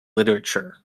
literature